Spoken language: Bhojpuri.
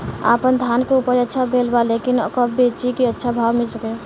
आपनधान के उपज अच्छा भेल बा लेकिन कब बेची कि अच्छा भाव मिल सके?